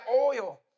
oil